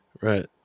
Right